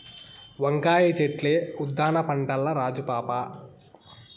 వంకాయ చెట్లే ఉద్దాన పంటల్ల రాజు పాపా